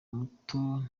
mutoya